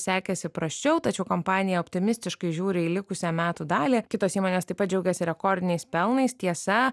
sekėsi prasčiau tačiau kompanija optimistiškai žiūri į likusią metų dalį kitos įmonės taip pat džiaugėsi rekordiniais pelnais tiesa